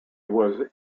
was